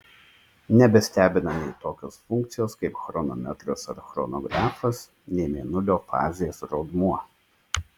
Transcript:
nebestebina nei tokios funkcijos kaip chronometras ar chronografas nei mėnulio fazės rodmuo